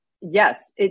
yes